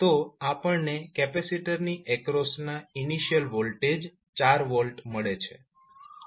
તો આપણને કેપેસિટરની એક્રોસના ઇનિશિયલ વોલ્ટેજ 4V મળે છે